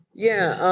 yeah,